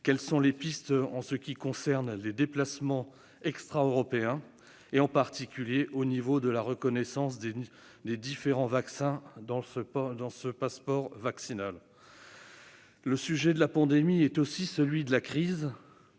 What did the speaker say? Quelles sont les pistes en ce qui concerne les déplacements extraeuropéens, en particulier au niveau de la reconnaissance des différents vaccins dans ce passeport vaccinal ? Le sujet de la pandémie est aussi celui de la crise,